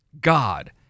God